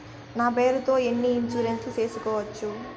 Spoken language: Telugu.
నా పేరుతో ఎన్ని ఇన్సూరెన్సులు సేసుకోవచ్చు?